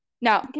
No